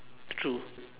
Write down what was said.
true